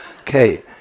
Okay